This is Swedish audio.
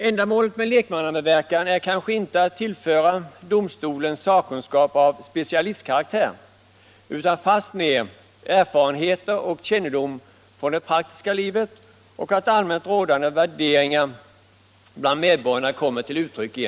Ändamålet med lekmannamedverkan är kanske inte att tillföra domstolen sakkunskap av specialistkaraktär utan fastmer erfarenheter och kännedom från det praktiska livet och att se till att allmänt rådande värderingar bland medborgarna kommer till uttryck.